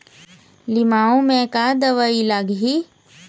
लिमाऊ मे का दवई लागिही?